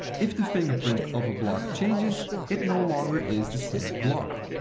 if the fingerprint of a block changes, it no longer is the same block.